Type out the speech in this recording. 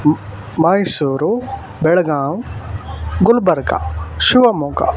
ಮ್ Mysuru Belgaum Gulbarga Shivamogga